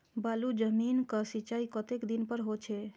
बालू जमीन क सीचाई कतेक दिन पर हो छे?